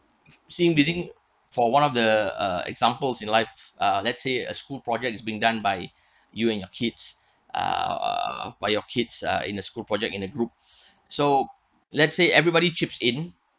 seen busying for one of the uh examples in life uh let's say a school project is been done by you and your kids uh by your kids uh in the school project in a group so let's say everybody chips in